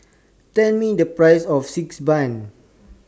Tell Me The Price of Xi Ban